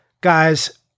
Guys